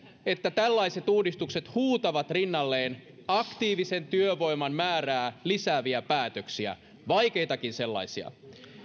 että tällaiset uudistukset huutavat rinnalleen aktiivisen työvoiman määrää lisääviä päätöksiä vaikeitakin sellaisia